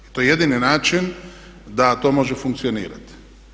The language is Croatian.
To je jedini način da to može funkcionirati.